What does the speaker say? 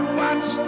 watch